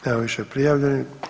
Nema više prijavljenih.